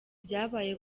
byabaye